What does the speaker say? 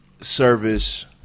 service